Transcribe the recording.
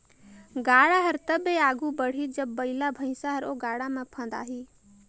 गाड़ा हर तबे आघु बढ़ही जब बइला भइसा हर ओ गाड़ा मे फदाही